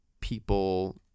people